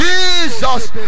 Jesus